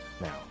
Now